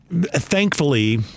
thankfully